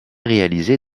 réalisé